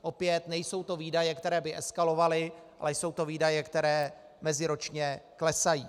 Opět, nejsou to výdaje, které by eskalovaly, ale jsou to výdaje, které meziročně klesají.